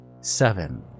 seven